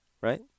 right